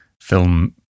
film